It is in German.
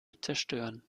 zerstören